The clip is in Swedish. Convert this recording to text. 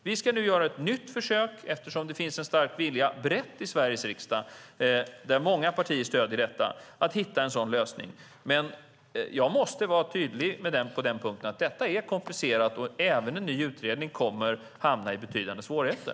Vi ska nu göra ett nytt försök eftersom det finns en stark vilja brett i Sveriges riksdag där många partier stöder detta att hitta en sådan lösning, men jag måste vara tydlig med att detta är komplicerat, och även en ny utredning kommer att hamna i betydande svårigheter.